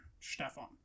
Stefan